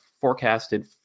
forecasted